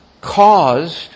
caused